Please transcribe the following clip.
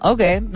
Okay